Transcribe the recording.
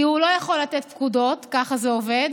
כי הוא לא יכול לתת פקודות, ככה זה עובד,